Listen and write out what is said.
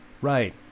right